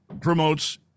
promotes